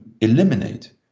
eliminate